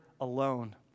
alone